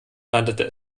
landete